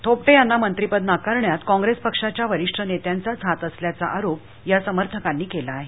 थोपटे यांना मंत्रिपद नाकारण्यात काँग्रेस पक्षाच्या वरिष्ठ नेत्यांचाच हात असल्याचा आरोप या समर्थकांनी केला आहे